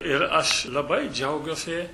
ir aš labai džiaugiuosi